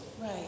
Right